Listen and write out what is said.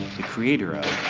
the creator of,